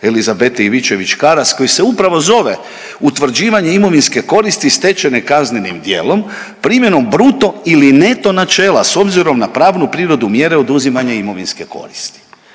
Elizabete Ivičević Karas koji se upravo zove Utvrđivanje imovinske koriste stečene kaznenim djelom primjenom bruto ili neto načela s obzirom na pravnu prirodu mjere oduzimanja imovinske koristi.